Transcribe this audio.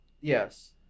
Yes